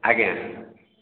ଆଜ୍ଞା